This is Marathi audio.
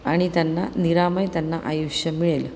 आणि त्यांना निरामय त्यांना आयुष्य मिळेल